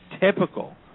typical